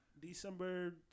December